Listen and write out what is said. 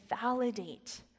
validate